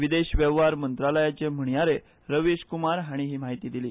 विदेश वेव्हार मंत्रालयाचे म्हणयारे रवीश कुमार हांणी ही म्हायती दिली